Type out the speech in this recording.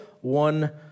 one